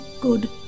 good